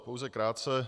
Pouze krátce.